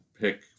pick